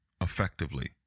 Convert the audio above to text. effectively